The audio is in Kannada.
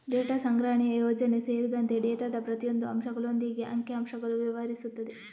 ಡೇಟಾ ಸಂಗ್ರಹಣೆಯ ಯೋಜನೆ ಸೇರಿದಂತೆ ಡೇಟಾದ ಪ್ರತಿಯೊಂದು ಅಂಶಗಳೊಂದಿಗೆ ಅಂಕಿ ಅಂಶಗಳು ವ್ಯವಹರಿಸುತ್ತದೆ